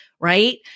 Right